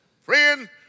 Friend